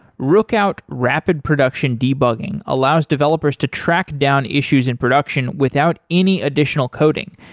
rookout rapid production debugging allows developers to track down issues in production without any additional coding.